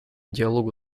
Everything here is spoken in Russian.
диалогу